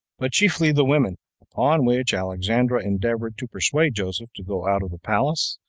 but chiefly the women upon which alexandra endeavored to persuade joseph to go out of the palace,